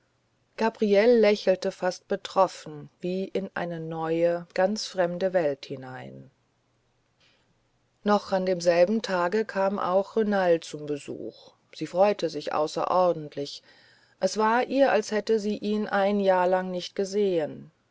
gabriele lächelte fast betroffen wie in eine neue ganz fremde welt hinein noch an demselben tage kam auch renald zum besuch sie freute sich außerordentlich es war ihr als hätte sie ihn ein jahr lang nicht gesehn